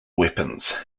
weapons